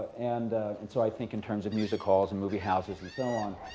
and and so i think in terms of music halls and movie houses and so on.